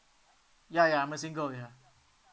ya ya I'm a single yeah